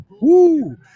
Woo